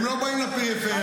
הם לא באים לפריפריה.